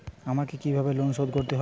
আমাকে কিভাবে লোন শোধ করতে হবে?